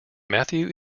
matthew